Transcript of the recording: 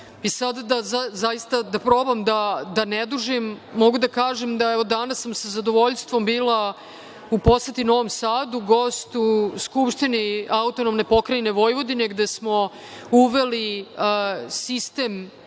Srbiji. Da zaista probam da ne dužim, mogu da kažem da sam danas sa zadovoljstvom bila u poseti Novom Sadu, gost u Skupštini AP Vojvodine, gde smo uveli sistem